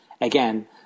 Again